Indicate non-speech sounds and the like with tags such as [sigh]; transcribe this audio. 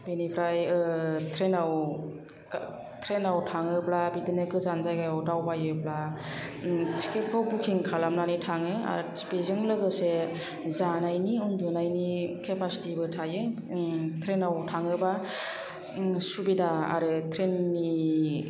बेनिफ्राय ट्रेनाव [unintelligible] ट्रेनाव थाङोबा बिदिनो गोजान जायगायाव दावबायोब्ला टिकेट खौ बुकिं खालामनानै थाङो आरो बेजों लोगोसे जानायनि उन्दुनायनि केपासिटि बो थायो ट्रेनाव थाङोबा सुबिदा आरो ट्रेन नि